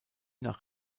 nach